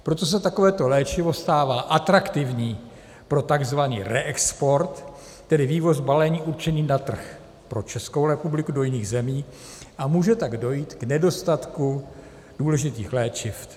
Proto se takovéto léčivo stává atraktivní pro takzvaný reexport, tedy vývoz balení určených na trh pro Českou republiku do jiných zemí, a může tak dojít k nedostatku důležitých léčiv.